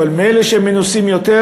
אבל מאלה שמנוסים יותר,